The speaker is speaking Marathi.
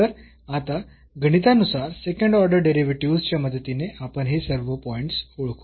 तर आता गणितानुसार सेकंड ऑर्डर डेरिव्हेटिव्हस् च्या मदतीने आपण हे सर्व पॉईंट्स ओळखू